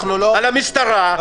על המשטרה,